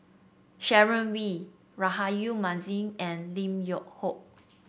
Sharon Wee Rahayu Mahzam and Lim Yew Hock